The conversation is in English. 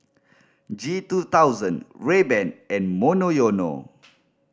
G two thousand Rayban and Monoyono